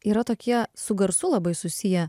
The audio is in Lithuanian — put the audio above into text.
yra tokie su garsu labai susiję